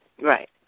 Right